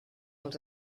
als